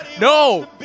No